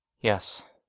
yes.